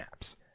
apps